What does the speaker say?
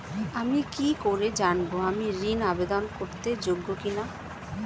আমি কি করে জানব আমি ঋন আবেদন করতে যোগ্য কি না?